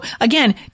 again